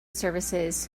services